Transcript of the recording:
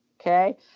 okay